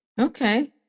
Okay